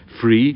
free